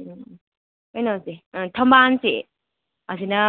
ꯎꯝ ꯀꯩꯅꯣꯁꯦ ꯊꯝꯕꯥꯜꯁꯦ ꯑꯁꯤꯅ